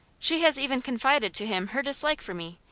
she has even confided to him her dislike for me,